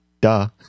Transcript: duh